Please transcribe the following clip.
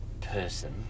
person